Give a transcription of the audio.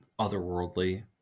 otherworldly